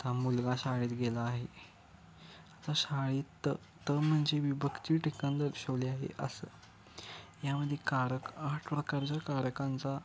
आता मुलगा शाळेत गेला आहे आता शाळेत त त म्हणजे विभक्ती ठिकाण दर्शवली आहे असं यामध्ये कारक आठ प्रकारच्या कारकांचा